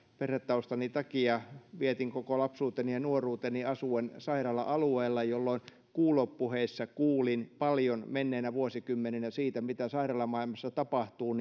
perhetaustani takia vietin koko lapsuuteni ja nuoruuteni asuen sairaala alueella jolloin kuulopuheissa kuulin paljon menneinä vuosikymmeninä siitä mitä sairaalamaailmassa tapahtuu